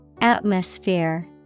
Atmosphere